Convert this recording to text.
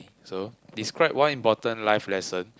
so describe one important life lesson